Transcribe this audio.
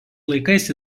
laikais